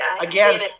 Again